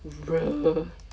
bruh